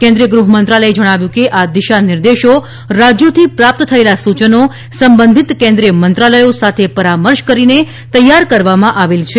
કેન્દ્રીય ગૃહમંત્રાલયે જણાવ્યું કે આ દિશાનિર્દેશો રાજયોથી પ્રાપ્ત થયેલા સુચનો સંબંધિત કેન્દ્રીય મંત્રાલથી સાથે પરામર્શ કરીને તૈયાર કરવામાં આવેલ છે